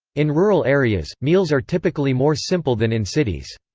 in rural areas, meals are typically more simple than in cities.